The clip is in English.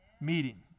meeting